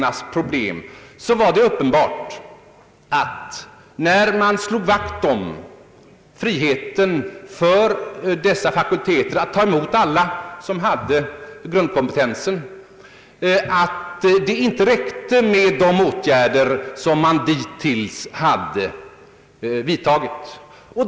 När då problemen för dessa fakulteter berördes var det uppenbart — när man ville slå vakt om friheten för dessa fakulteter att ta emot alla som hade grundkompetensen — att det inte räckte med de åtgärder som dittills hade vidtagits.